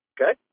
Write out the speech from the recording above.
okay